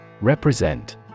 Represent